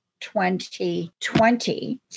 2020